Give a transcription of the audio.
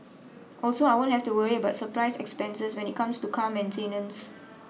also I won't have to worry about surprise expenses when it comes to car maintenance